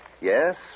Yes